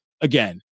again